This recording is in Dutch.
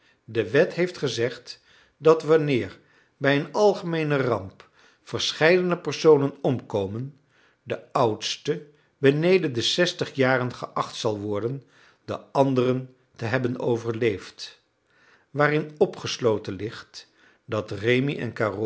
de wet heeft gezegd dat wanneer bij eene algemeene ramp verscheidene personen omkomen de oudste beneden de zestig jaren geacht zal worden de anderen te hebben overleefd waarin opgesloten ligt dat rémi en